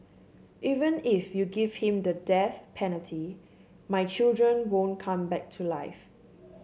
even if you give him the death penalty my children won't come back to life